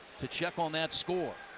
to check on that score.